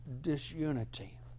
disunity